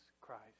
Christ